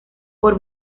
por